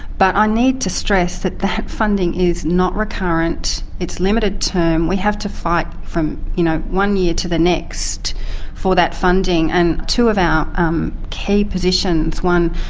but i ah need to stress that that funding is not recurrent, it's limited term we have to fight from you know one year to the next for that funding. and two of our um key positions, one,